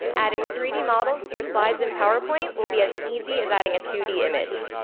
adding three d models to your slides in powerpoint will be as easy as adding a two d image.